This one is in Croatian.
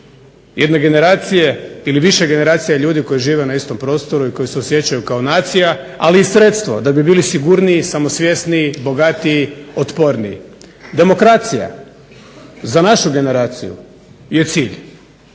jedne generacije ili više generacija ljudi koji žive na istom prostoru i koji se osjećaju kao nacija, ali i sredstvo da bi bili sigurniji, samosvjesniji, bogatiji, otporniji. Demokracija za našu generaciju je cilj.